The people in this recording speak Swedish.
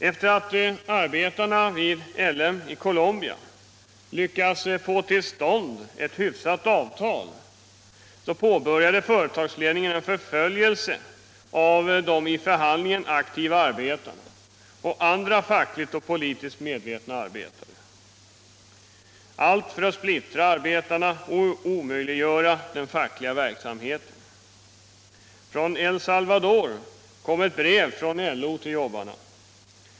Sedan arbetarna vid LM i Colombia lyckats få till stånd ett hyggligt avtal påbörjade företagsledningen en förföljelse av de i förhandlingen aktiva arbetarna och av andra fackligt och politiskt medvetna arbetare — allt för att splittra arbetarna och omöjliggöra den fackliga verksamheten. Från El Salvador kom ett brev till LO från jobbarna.